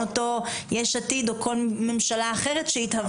לגבי האנטיגן, גם בוועדת הכספים שאלנו.